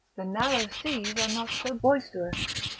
the narrow seas are not so boisterous.